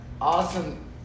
awesome